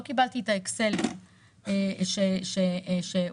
לא קיבלתי את האקסל שהוא קיבל,